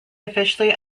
officially